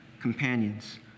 companions